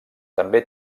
també